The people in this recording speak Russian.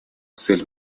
цель